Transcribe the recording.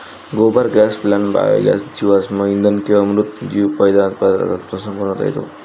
गोबर gas plant biogas जीवाश्म इंधन किंवा मृत जैव पदार्थांपासून बनवता येतो